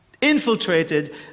infiltrated